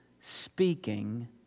speaking